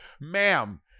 Ma'am